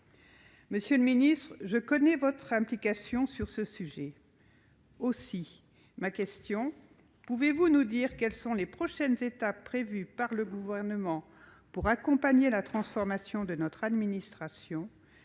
Monsieur le secrétaire d'État, je connais votre implication sur le sujet. Aussi, pouvez-vous nous dire quelles sont les prochaines étapes prévues par le Gouvernement pour accompagner la transformation de notre administration ?